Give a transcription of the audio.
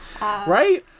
Right